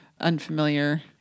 unfamiliar